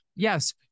Yes